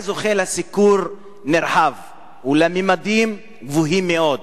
הוא היה זוכה לסיקור נרחב ולממדים גבוהים מאוד.